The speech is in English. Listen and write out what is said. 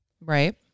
Right